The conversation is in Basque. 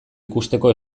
ikusteko